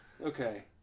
okay